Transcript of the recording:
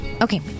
Okay